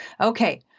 okay